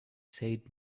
said